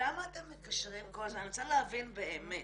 למה אתם מקשרים, אני רוצה להבין באמת.